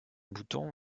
bouton